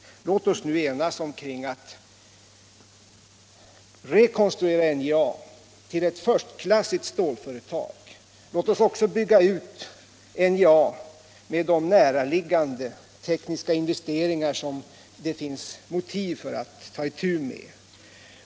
Låt oss enas omkring uppgiften att rekonstruera NJA till ett förstklassigt stålföretag. Låt oss också bygga ut NJA med de näraliggande tekniska investeringar som det finns motiv för att ta itu med.